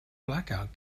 blackout